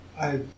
I-